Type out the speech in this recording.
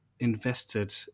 invested